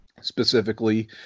Specifically